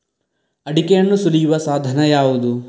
ಅಡಿಕೆಯನ್ನು ಸುಲಿಯುವ ಸಾಧನ ಯಾವುದು?